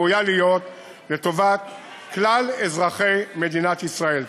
ראויה להיות בו לטובת כלל אזרחי מדינת ישראל.